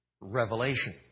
revelation